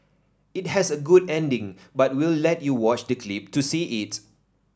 it has a good ending but we'll let you watch the clip to see it